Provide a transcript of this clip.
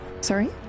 Sorry